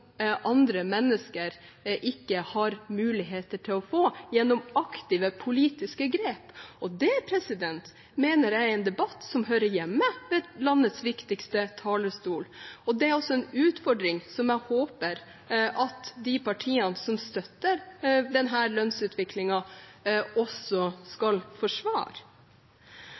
andre mennesker ikke har mulighet til å få, gjennom aktive politiske grep, og det mener jeg er en debatt som hører hjemme fra landets viktigste talerstol. Og det er en utfordring som jeg håper at de partiene som støtter denne lønnsutviklingen, også skal forsvare.